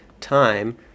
time